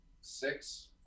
six